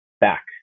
back